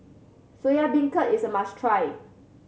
Soya Beancurd is a must try